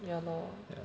ya lor